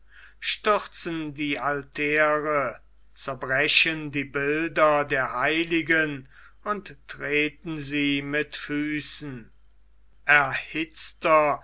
stürzen die altäre zerbrechen die bilder der heiligen und treten sie mit füßen erhitzter